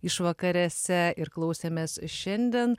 išvakarėse ir klausėmės šiandien